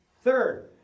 Third